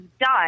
done